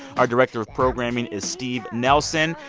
our director of programming is steve nelson.